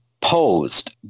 posed